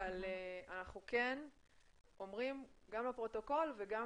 אבל אנחנו אומרים גם לפרוטוקול וגם